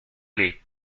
lee